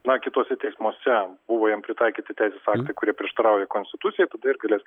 na kituose teismuose buvo jam pritaikyti teisės aktai kurie prieštarauja konstitucijai tada ir galės